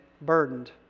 burdened